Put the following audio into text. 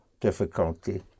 difficulty